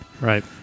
Right